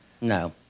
No